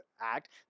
act